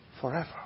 forever